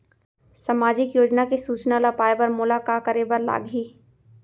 सामाजिक योजना के सूचना ल पाए बर मोला का करे बर लागही?